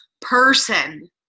person